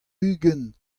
ugent